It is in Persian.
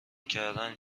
کردن